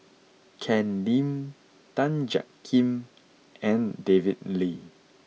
Ken Lim Tan Jiak Kim and David Lee